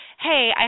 hey